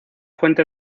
fuente